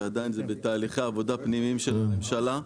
שעדיין זה בתהליכי עבודה פנימיים של הממשלה.